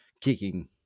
kicking